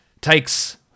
takes